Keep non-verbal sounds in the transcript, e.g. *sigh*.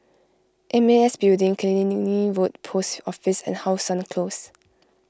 M A S Building Killiney *unintelligible* Road Post Office and How Sun Close